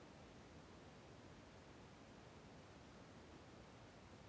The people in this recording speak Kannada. ಗಾಡಿ ಇನ್ಸುರೆನ್ಸ್ ಮಾಡಸಾಕ ಇನ್ಸುರೆನ್ಸ್ ಕಂಪನಿಗೆ ಹೋಗಬೇಕಾ?